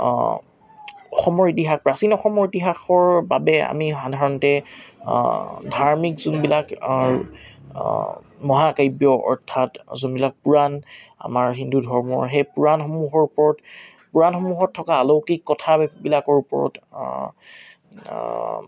অসমৰ ইতিহাস প্ৰাচীন অসমৰ ইতিহাসৰ বাবে আমি সাধাৰণতে ধাৰ্মিক যোনবিলাক মহাকাব্য যোনবিলাক পুৰাণ আমাৰ হিন্দু ধৰ্মৰ সেই পুৰাণসমূহৰ ওপৰত পুৰাণসমূহত থকা আলৌকিক কথাবিলাকৰ ওপৰত